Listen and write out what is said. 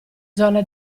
zona